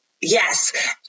Yes